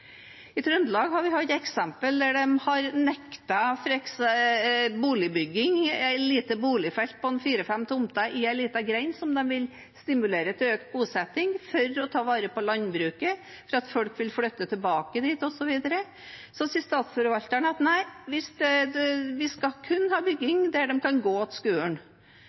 I Trøndelag har vi hatt et eksempel der man har nektet boligbygging på et lite boligfelt med fire–fem tomter i en liten grend, der de vil stimulere til økt bosetting for å ta vare på landbruket, slik at folk vil flytte tilbake dit, osv. Så sier Statsforvalteren at nei, vi skal kun ha bygging der barna kan gå